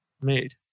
made